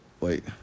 Wait